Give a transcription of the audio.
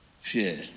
Fear